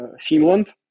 Finland